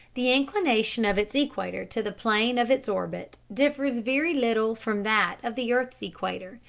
the inclination of its equator to the plane of its orbit differs very little from that of the earth's equator,